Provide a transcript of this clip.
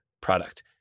product